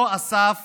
אותו אסף